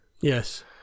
Yes